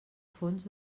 fons